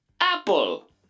Apple